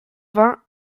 vingt